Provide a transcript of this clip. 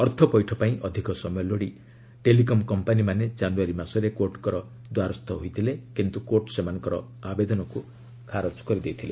ଅର୍ଥପୈଠ ପାଇଁ ଅଧିକ ସମୟ ଲୋଡ଼ି ଟେଲିକମ୍ କମ୍ପାନୀମାନେ ଜାନୁଆରୀ ମାସରେ କୋର୍ଟଙ୍କର ଦ୍ୱାରସ୍ଥ ହୋଇଥିଲେ କିନ୍ତୁ କୋର୍ଟ ସେମାନଙ୍କର ଆବେଦନକୁ ଖାରଜ କରିଦେଇଥିଲେ